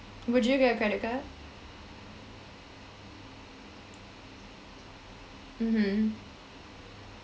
would you get a credit card mmhmm